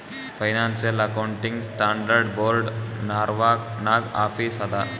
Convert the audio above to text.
financial accounting standard board Norwalk ನಾಗ್ office ಅದಾ